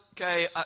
Okay